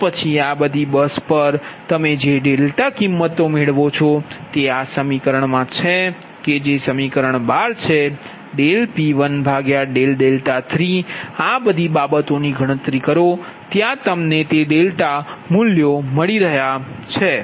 તો પછી આ બધી બસ પર તમે જે ડેલ્ટા કિંમતો મેળવી છે તે આ સમીકરણમાં છે કે જે સમીકરણ 12 છે P13આ બધી બાબતોની ગણતરી કરો ત્યાં તમને તે ડેલ્ટા મૂલ્યો મળી છે